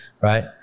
Right